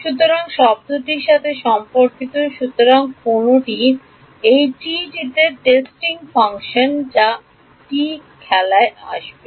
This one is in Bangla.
সুতরাং শব্দটির সাথে সম্পর্কিত সুতরাং কোনটি এই টিতে টেস্টিং ফাংশন যা খেলায় আসবে